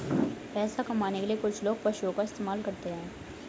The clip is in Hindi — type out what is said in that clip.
पैसा कमाने के लिए कुछ लोग पशुओं का इस्तेमाल करते हैं